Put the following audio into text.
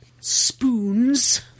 Spoons